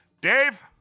Dave